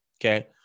Okay